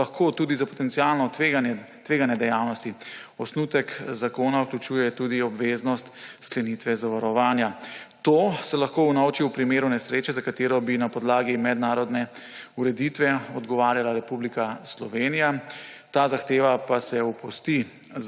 lahko tudi za potencialno tvegane dejavnosti, osnutek zakona vključuje tudi obveznost sklenitve zavarovanja. To se lahko vnovči v primeru nesreče, za katero bi na podlagi mednarodne ureditve odgovarjala Republika Slovenija, ta zahteva pa se opusti